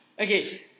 Okay